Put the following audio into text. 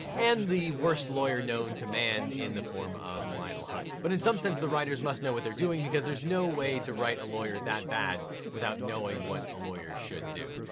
and the worst lawyer known to man in the form of lionel hutz, but in some sense, the writers must know what they're doing because there's no way to write a lawyer that bad without knowing what a lawyer should do.